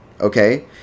okay